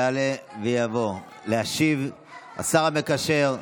יעלה ויבוא להשיב השר המקשר,